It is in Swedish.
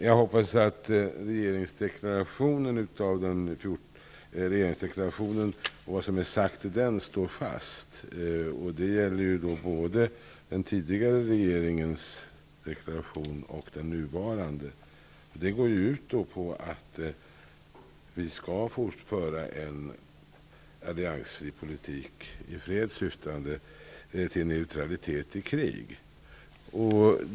Fru talman! Jag hoppas att regeringsdeklarationen och vad som är sagt i den står fast. Det gäller både den tidigare regeringens deklaration och den nuvarande. Vad som står där går ut på att vi skall föra en alliansfri politik i fred syftande till neutralitet i krig.